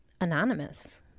anonymous